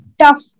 tough